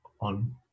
On